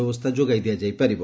ବ୍ୟବସ୍ଥା ଯୋଗାଇ ଦିଆଯାଇ ପାରିବ